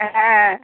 হ্যাঁ